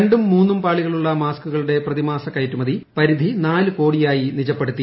രണ്ടും മൂന്നും പാളികളുള്ള മാസ്കുകളുടെ പ്രതിമാസ കയറ്റുമതി പരിധി നാല് കോടിയായി നിജപ്പെടുത്തി